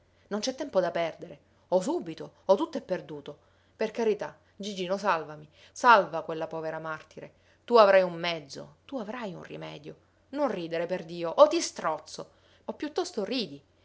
non c'è tempo da perdere o subito o tutto è perduto per carità gigino salvami salva quella povera martire tu avrai un mezzo tu avrai un rimedio non ridere perdio o ti strozzo o piuttosto ridi